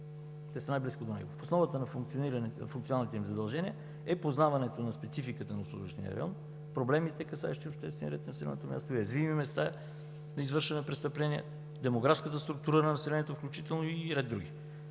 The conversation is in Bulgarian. Те са най-близко до него. В основата на функционалните им задължения е познаването на спецификата на обслужвания район, проблемите, касаещи обществения ред, населеното място, уязвимите места за извършване на престъпления, включително демографската структура на населението и ред други.